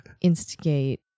instigate